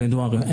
כידוע,